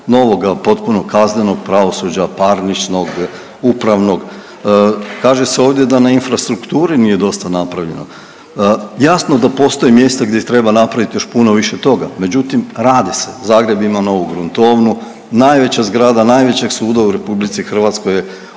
novoga potpuno kaznenog pravosuđa, parničnog, upravnog. Kaže se ovdje da na infrastrukturi nije dosta napravljeno. Jasno da postoje mjesta gdje treba napravit još puno više toga, međutim radi se, Zagreb ima novu gruntovnu, najveća zgrada najvećeg suda u RH je,